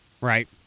Right